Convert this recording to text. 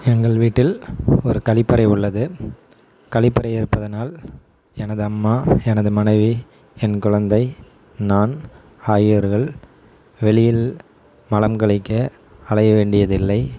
எங்கள் வீட்டில் ஒரு கழிப்பறை உள்ளது கழிப்பறை இருப்பதனால் எனது அம்மா எனது மனைவி என் குழந்தை நான் ஆகியோர்கள் வெளியில் மலம் கழிக்க அலைய வேண்டியதில்லை